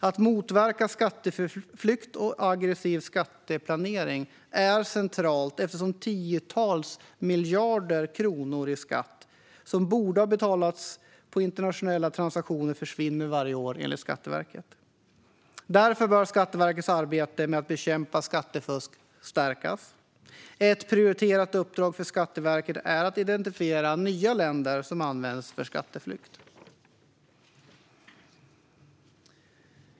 Att motverka skatteflykt och aggressiv skatteplanering är centralt eftersom tiotals miljarder kronor i skatt som borde ha betalats på internationella transaktioner försvinner varje år, enligt Skatteverket. Därför bör Skatteverkets arbete med att bekämpa skattefusk stärkas. Ett prioriterat uppdrag för Skatteverket är att identifiera nya länder som används för skatteflykt.